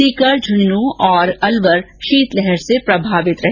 सीकर झन्झून् और अलवर शीतलहर से प्रभावित रहे